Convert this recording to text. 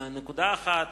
נקודה אחת